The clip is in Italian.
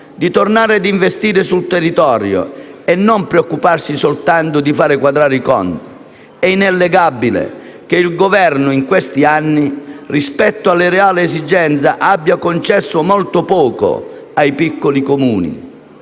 di tornare ad investire sul territorio e non preoccuparsi soltanto di far quadrare i conti. È innegabile che il Governo in questi anni, rispetto alle reali esigenze, abbia concesso molto poco ai piccoli Comuni.